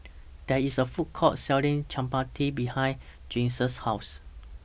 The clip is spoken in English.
There IS A Food Court Selling Chapati behind Giselle's House